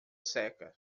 seca